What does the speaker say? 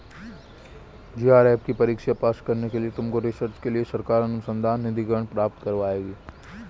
JRF की परीक्षा pass करने पर तुमको रिसर्च के लिए सरकार अनुसंधान निधिकरण प्राप्त करवाएगी